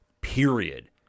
period